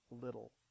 little